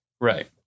Right